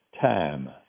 time